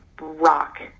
rock